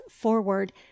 forward